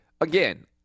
Again